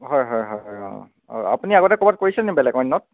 হয় হয় হয় হয় অঁ অঁ আপুনি আগতে ক'ৰবাত কৰিছিলে নেকি বেলেগ অন্যত